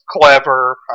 clever